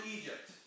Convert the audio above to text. Egypt